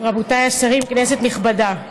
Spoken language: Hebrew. רבותיי השרים, כנסת נכבדה,